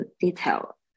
detail